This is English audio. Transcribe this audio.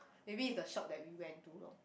maybe is the shop that we went to lor